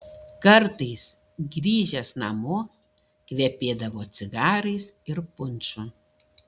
kartais grįžęs namo kvepėdavo cigarais ir punšu